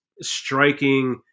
striking